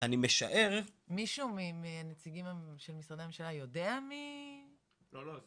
אני משער --- מישהו ממשרדי הממשלה יודע מי --- לא,